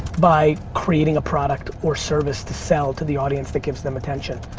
by creating a product or service to sell to the audience that gives them attention.